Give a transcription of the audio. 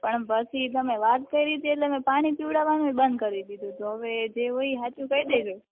પણ પાછી તમે વાત કરી તી એટલે મેં પાણી પીવડાવવાનું એ બંધ કરી દીધું તો હવે જે હોય એ હાચુ કઈ દેજો